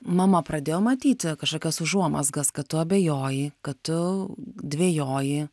mama pradėjo matyti kažkokias užuomazgas kad tu abejoji kad tu dvejoji